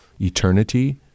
eternity